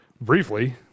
Briefly